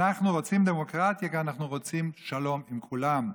אנחנו רוצים דמוקרטיה כי אנחנו רוצים שלום עם כולם,